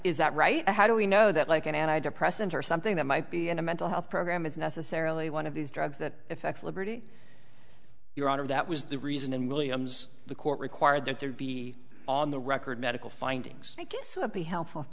is that right how do we know that like an anti depressant or something that might be in a mental health program is necessarily one of these drugs that effects liberty your honor that was the reason in williams the court required that there be on the record medical findings i guess would be helpful for